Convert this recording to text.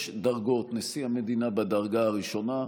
יש דרגות: נשיא המדינה בדרגה ראשונה,